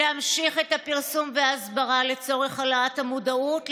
להמשיך את הפרסום וההסברה לצורך העלאת המודעות,